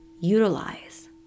utilize